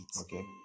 Okay